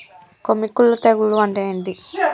కొమ్మి కుల్లు తెగులు అంటే ఏంది?